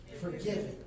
Forgiven